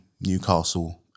Newcastle